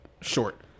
short